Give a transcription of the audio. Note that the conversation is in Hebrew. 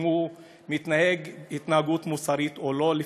אם הוא מתנהג התנהגות מוסרית או לא,